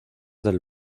del